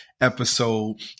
episode